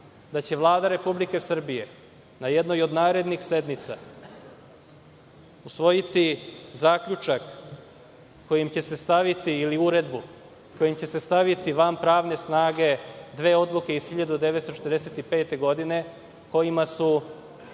da će Vlada Republike Srbije na jednoj od narednih sednica usvojiti zaključak, ili uredbu, kojim će se staviti van pravne snage dve odluke iz 1945. godine, kojima su